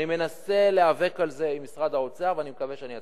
אני מנסה להיאבק על זה עם משרד האוצר ואני מקווה שאני אצליח.